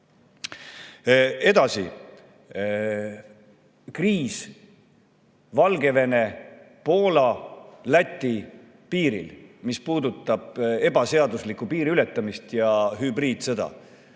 Edasi, kriis Valgevene, Poola ja Läti piiril, mis puudutab ebaseaduslikku piiri ületamist ja hübriidsõda.